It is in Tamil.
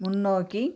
முன்னோக்கி